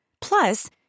Plus